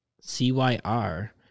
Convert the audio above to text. C-Y-R